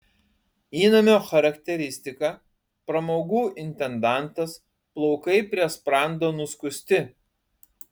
įnamio charakteristika pramogų intendantas plaukai prie sprando nuskusti